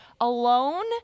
alone